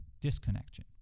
disconnection